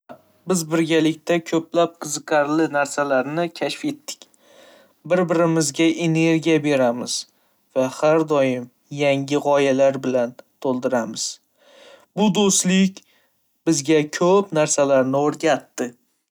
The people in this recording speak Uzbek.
Ha, biz birgalikda ko'plab qiziqarli narsalarni kashf etdik. Bir-birimizga energiya beramiz va har doim yangi g'oyalar bilan to'ldiramiz. Bu do'stlik bizga ko'p narsalar o'rgatdi.